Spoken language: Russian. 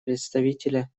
представителя